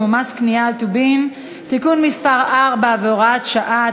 ומס קנייה על טובין (תיקון מס' 4 והוראת שעה),